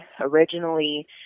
Originally